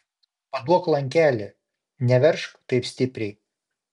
paduok lankelį neveržk taip stipriai